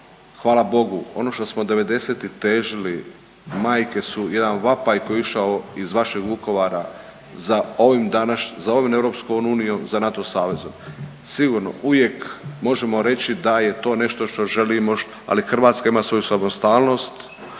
hvala Bogu ono što smo devedesetih težili, majke su jedan vapaj koji je išao iz vašeg Vukovara za ovim danas, za ovom EU, za NATO savezom. Sigurno uvijek možemo reći da je to nešto što želimo, ali Hrvatska ima svoju samostalnost,